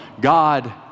God